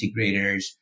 integrators